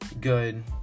good